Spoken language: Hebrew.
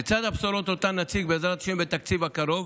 לצד הבשורות, שאותן נציג בעזרת השם בתקציב הקרוב,